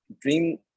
dream